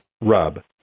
rub